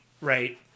right